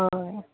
हय